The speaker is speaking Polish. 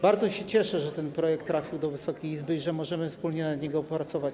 Bardzo się cieszę, że ten projekt trafił do Wysokiej Izby i że możemy wspólnie nad nim pracować.